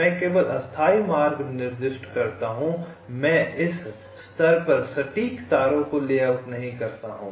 मैं केवल अस्थायी मार्ग निर्दिष्ट करता हूं मैं इस स्तर पर सटीक तारों को लेआउट नहीं करता हूं